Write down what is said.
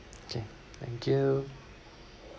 okay thank you